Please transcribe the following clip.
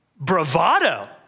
bravado